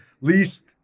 least